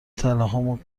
طلاهامو